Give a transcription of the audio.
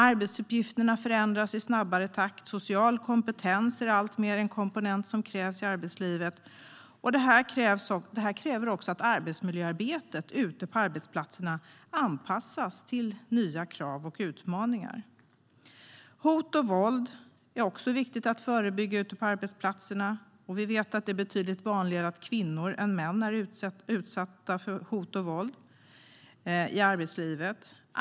Arbetsuppgifterna förändras i snabbare takt, och social kompetens är en komponent som krävs alltmer i arbetslivet. Det krävs också att arbetsmiljöarbetet ute på arbetsplatserna anpassas till nya krav och utmaningar. Hot och våld är viktigt att förebygga ute på arbetsplatserna. Vi vet att det är betydligt vanligare att kvinnor än män utsätts för hot och våld i arbetslivet.